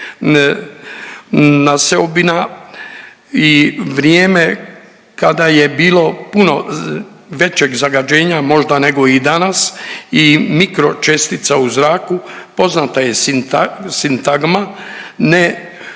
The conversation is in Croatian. naseobina i vrijeme kada je bilo puno većeg zagađenja možda nego i danas i mikro čestica u zraku poznata je sintagma ne